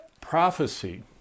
Prophecy